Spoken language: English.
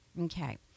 Okay